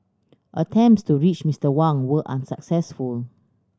attempts to reach Mister Wang were unsuccessful